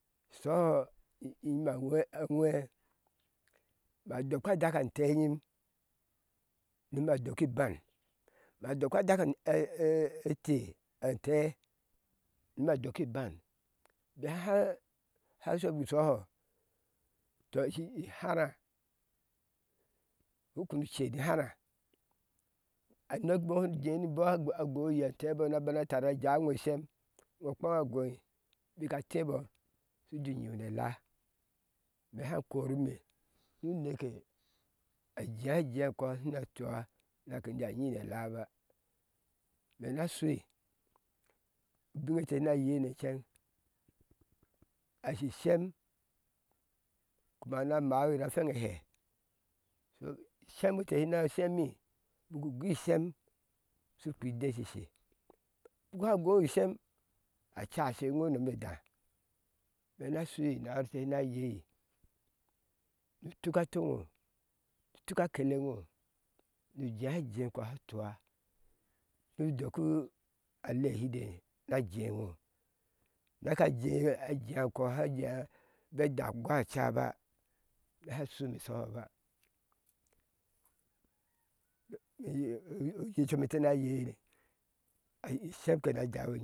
Shoko inyime awhee awhee ma dokpa adak antee nyim nima doki iban ma dokpa adek ɛɛntee antée nima doki ban bik háá shoki ishohɔ tɔ shi i hara shu kpeni uce ni hyawa anek bɔɔ shu jɛɛ ni bɔɔ háá gɔbɔɔ antéébɔɔ na tara a jáá iŋo shem iŋo kpe iŋo kpe iŋo ngɔi bika ace bɔɔ uri nyi iŋo neela mé haŋ ko i ime niu neke a jea jea enko shina tua na nyi ni elaba imene shui ubiŋe ɛte na yei ne iceŋ a shi. ishem kuma ná mawi yir a fweŋ ehéé sho shem ente na shemi biku ugui ishem shukpi adeshishe bik háá gɔn ishem a caashe e iŋo unome e dáá. imena shui nahar ete no yei shu tuk a to ŋo tuk a kelɛŋo ni ujea jéé enko sha tua nu dok a lehide na jéé ŋo neka jea jea enkɔ sha a jea be dau ugoa acaba ime haŋshumi ishohoba éé oye come entee na yei ashi i sher ke na jawi nyim